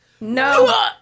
No